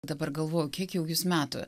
dabar galvoju kiek jau jūs metų